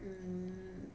mm